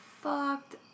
fucked